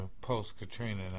post-Katrina